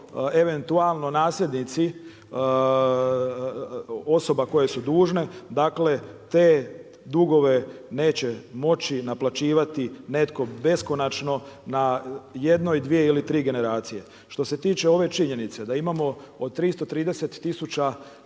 eventualno nasljednici osoba koje su dužne, dakle te dugove neće moći naplaćivati netko beskonačno na jednoj, dvije ili tri generacije. Što se tiče ove činjenice da imamo od 330